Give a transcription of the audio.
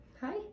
Hi